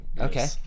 Okay